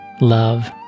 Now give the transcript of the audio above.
Love